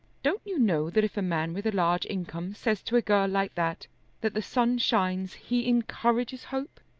don't you know that if a man with a large income says to a girl like that that the sun shines he encourages hope.